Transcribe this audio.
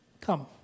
Come